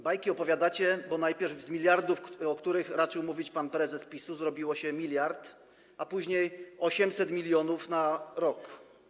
Bajki opowiadacie, bo najpierw z miliardów, o których raczył mówić pan prezes PiS-u, zrobił się miliard, a później 800 mln na rok.